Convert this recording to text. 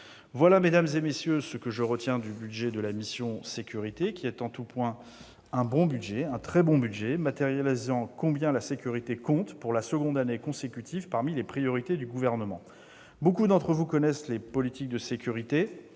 Voilà, mesdames, messieurs les sénateurs, ce que je retiens du budget de la mission « Sécurités ». C'est en tout point un bon budget, et même un très bon budget, matérialisant combien la sécurité compte, pour la seconde année consécutive, parmi les priorités du Gouvernement. Nombre d'entre vous connaissent les politiques de sécurité,